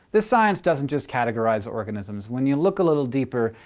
this science doesn't just categorize organisms, when you look a little deeper,